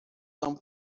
são